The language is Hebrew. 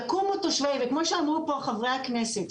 וכמו שאמרו פה חברי הכנסת,